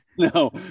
no